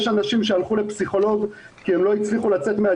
יש אנשים שהלכו לפסיכולוג כי הם לא הצליחו לצאת מן